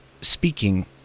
Speaking